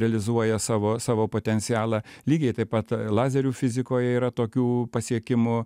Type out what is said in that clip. realizuoja savo savo potencialą lygiai taip pat lazerių fizikoje yra tokių pasiekimų